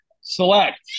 Select